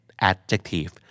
adjective